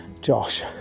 Josh